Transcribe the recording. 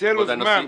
-- תקצה לו זמן.